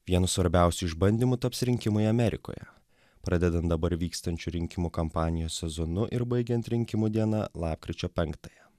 vienu svarbiausiu išbandymu taps rinkimai amerikoje pradedan dabar vykstančių rinkimų kampanijos sezonu ir baigiant rinkimų diena lapkričio penktąją